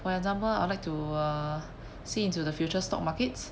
for example I would like to uh see into the future stock markets